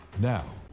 Now